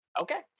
Okay